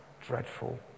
dreadful